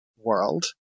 world